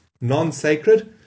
non-sacred